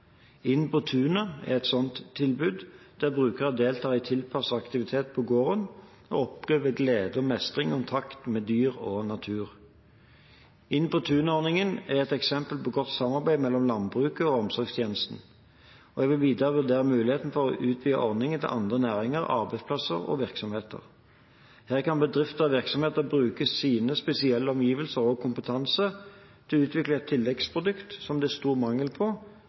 Inn på tunet er et slikt tilbud, der brukerne deltar i tilpassede aktiviteter på gården og opplever glede og mestring i kontakt med dyr og natur. Inn på tunet-ordningen er et eksempel på godt samarbeid mellom landbruket og omsorgstjenesten. Jeg vil videre vurdere mulighetene for å utvide ordningen til andre næringer, arbeidsplasser og virksomheter. Her kan bedrifter og virksomheter bruke sine spesielle omgivelser og sin kompetanse til å utvikle et tilleggsprodukt som det er stor mangel på,